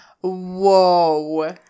Whoa